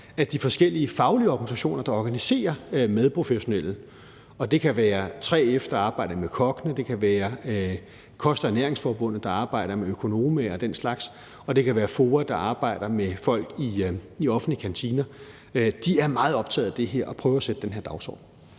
at de forskellige faglige organisationer, der organiserer madprofessionelle – det kan være 3F, der arbejder med kokkene; det kan være Kost og Ernæringsforbundet, der arbejder med økonomaer og den slags; og det kan være FOA, der arbejder med folk i offentlige kantiner – er meget optaget at det her og prøver at sætte den her dagsorden.